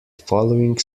following